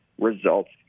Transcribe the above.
results